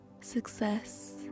Success